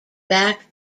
back